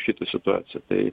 šitą situaciją tai